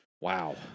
Wow